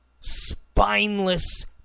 spineless